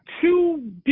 two